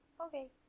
Okay